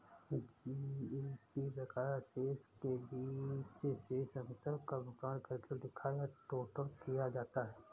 GAP बकाया शेष के बीच शेष अंतर का भुगतान करके लिखा या टोटल किया जाता है